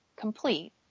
complete